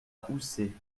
housset